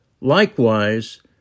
Likewise